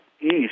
east